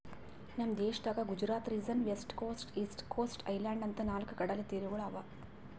ನಮ್ ದೇಶದಾಗ್ Gujarat region, west coast, east coast, island ಅಂತಾ ನಾಲ್ಕ್ ಕಡಲತೀರಗೊಳ್ ಅವಾ